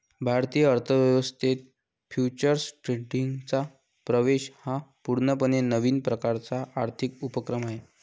भारतीय अर्थ व्यवस्थेत फ्युचर्स ट्रेडिंगचा प्रवेश हा पूर्णपणे नवीन प्रकारचा आर्थिक उपक्रम आहे